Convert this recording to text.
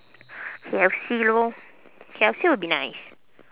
kfc lor kfc will be nice